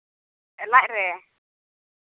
ᱞᱟᱡ ᱨᱮ